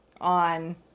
on